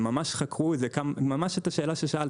הם ממש חקרו את השאלה ששאלת,